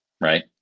right